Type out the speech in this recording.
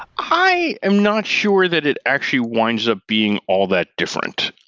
i am not sure that it actually winds up being all that different.